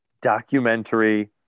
documentary